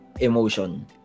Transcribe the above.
emotion